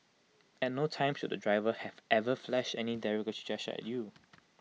at no time should the driver have ever flashed any derogatory gesture at you